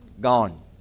gone